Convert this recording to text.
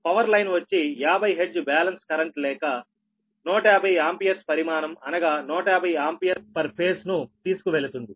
power line వచ్చి 50 hertz balance current లేక 150 ampere పరిమాణం అనగా 150 ఆంపియర్ పర్ ఫేస్ ను తీసుకువెళుతుంది